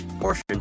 Portions